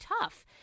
tough